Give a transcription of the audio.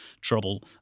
trouble